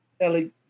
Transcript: Ellie